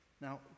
Now